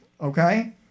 okay